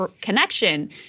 connection